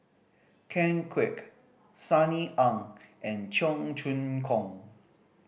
Ken Kwek Sunny Ang and Cheong Choong Kong